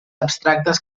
abstractes